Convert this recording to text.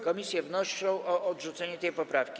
Komisje wnoszą o odrzucenie tej poprawki.